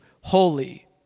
holy